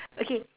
okay